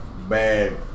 bad